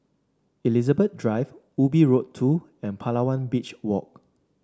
Elizabeth Drive Ubi Road Two and Palawan Beach Walk